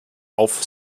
auf